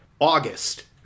August